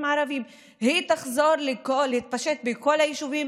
הללו בשביל למצוא פתרונות גם בצד הבריאותי,